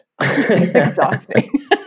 exhausting